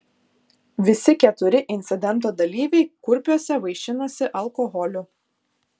visi keturi incidento dalyviai kurpiuose vaišinosi alkoholiu